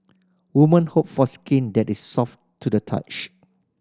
women hope for skin that is soft to the touch